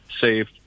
safe